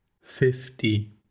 fifty